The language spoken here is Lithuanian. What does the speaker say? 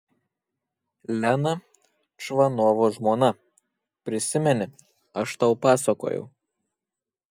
lena čvanovo žmona prisimeni aš tau pasakojau